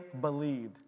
believed